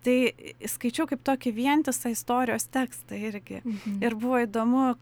tai skaičiau kaip tokį vientisą istorijos tekstą irgi ir buvo įdomu